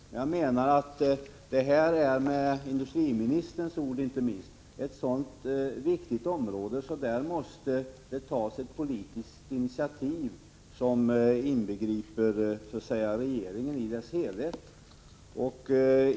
Men jag menar att det här är, inte minst med tanke på industriministerns ord, ett så viktigt område att man måste ta ett politiskt initiativ som inbegriper regeringen i dess helhet.